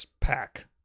pack